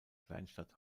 kleinstadt